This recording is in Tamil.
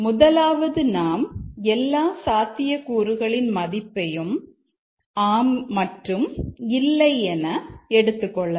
முதலாவது நாம் எல்லா சாத்தியக்கூறுகளின் மதிப்பை ஆம் மற்றும் இல்லை என எடுத்துக்கொள்ளலாம்